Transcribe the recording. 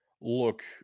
look